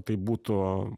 tai būtų